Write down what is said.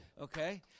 okay